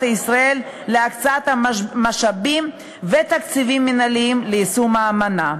ישראל להקצות משאבים ותקציבים מינהליים ליישום האמנה.